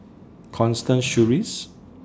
Constance Sheares